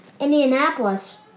Indianapolis